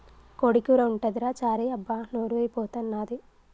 కోడి కూర ఉంటదిరా చారీ అబ్బా నోరూరి పోతన్నాది